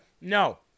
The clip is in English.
no